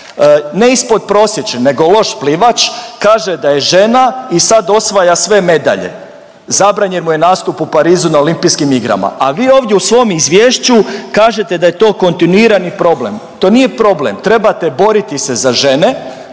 ne ispodprosječni nego loš plivač kaže da je žena i sad osvaja sve medalje, zabranjen mu je nastup u Parizu na olimpijskim igrama. A vi ovdje u svom izvješću kažete da je to kontinuirani problem. To nije problem, trebate boriti se za žene,